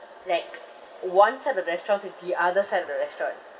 like one side of the restaurant to the other side of the restaurant